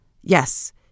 Yes